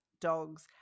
dogs